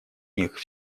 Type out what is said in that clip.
них